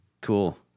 Cool